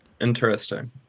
Interesting